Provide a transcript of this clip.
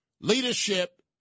Leadership